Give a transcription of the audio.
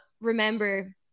remember